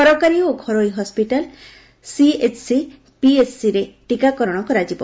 ସରକାରୀ ଓ ଘରୋଇ ହସିଟାଲ ସଏଚ୍ସି ପିଏଚ୍ସିରେ ଟିକାକରଣ କରାଯିବ